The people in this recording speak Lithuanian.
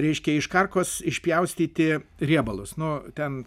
reiškia iš karkos išpjaustyti riebalus nu ten